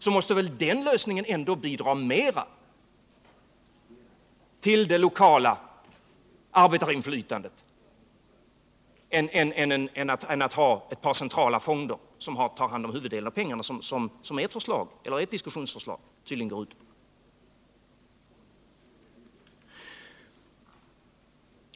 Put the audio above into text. Den lösningen måste väl ändå bidra mera till det lokala arbetarinflytandet än ett par centrala fonder som tar hand om huvuddelen av pengarna — vilket ert diskussionsförslag går ut på.